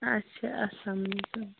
اَچھا اَلسلامُ